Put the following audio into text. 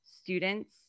students